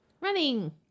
Running